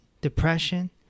depression